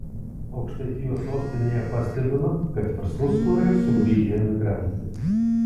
aukštaitijos sostinėje pastebima kad verslus kuria ir sugrįžę emigrantai